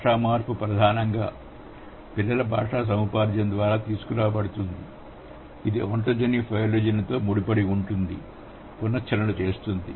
భాషా మార్పు ప్రధానంగా పిల్లల భాషా సముపార్జన ద్వారా తీసుకురాబడుతుంది ఇది ఒంటొజెని ఫైలోజెనినితో ముడిపడి ఉండి పునశ్చరణ చేస్తుంది